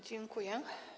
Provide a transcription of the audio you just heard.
Dziękuję.